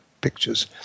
pictures